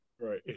Right